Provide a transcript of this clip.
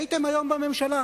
הייתם היום בממשלה.